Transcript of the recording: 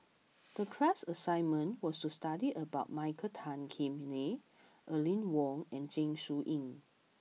the class assignment was to study about Michael Tan Kim Nei Aline Wong and Zeng Shouyin